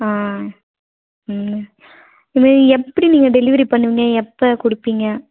ஆ ம் இது மாரி எப்படி நீங்கள் டெலிவரி பண்ணுவீங்க எப்போ கொடுப்பீங்க